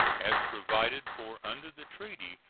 as provided for under the treaty,